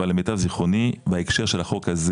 אבל למיטב זכרוני בהקשר של החוק הזה